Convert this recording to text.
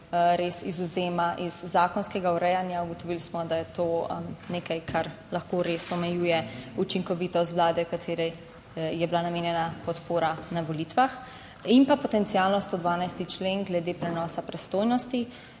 res izvzema iz zakonskega urejanja. Ugotovili smo, da je to nekaj, kar lahko res omejuje učinkovitost vlade, katere je bila namenjena podpora na volitvah. In pa potencialno 112. člen glede prenosa pristojnosti